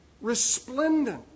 resplendent